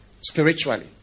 spiritually